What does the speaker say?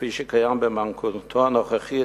כפי שקיים במתכונת הנוכחית,